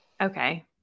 Okay